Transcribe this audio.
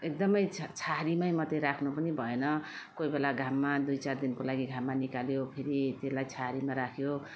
एकदम छा छहारीमै मात्रै राख्नु पनि भएन कोही बेला घाममा दुई चार दिनको लागि घाममा निकाल्यो फेरि त्यसलाई छहारीमा राख्यो